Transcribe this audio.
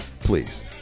please